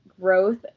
growth